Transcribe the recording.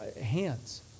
hands